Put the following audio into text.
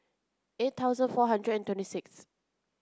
eight thousand four hundred and twenty sixth